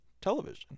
television